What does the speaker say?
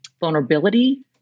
vulnerability